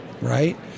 right